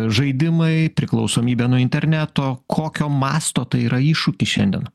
žaidimai priklausomybė nuo interneto kokio masto tai yra iššūkis šiandien